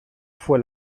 fue